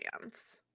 dance